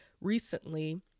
recently